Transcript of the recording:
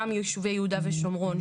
גם יישובי יהודה ושומרון,